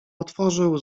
otworzył